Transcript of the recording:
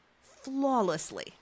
flawlessly